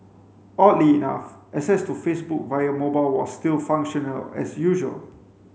oddly enough access to Facebook via mobile was still functional as usual